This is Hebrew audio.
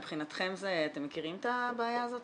מבחינתכם אתם מכירים את הבעיה הזאת,